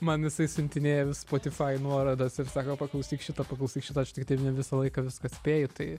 man isai siuntinėja vis spotify nuorodas ir sako paklausyk šitą paklausti šitą aš tiktai ne visą laiką viską spėju tai